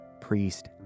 priest